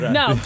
no